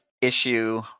issue